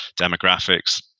demographics